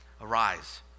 Arise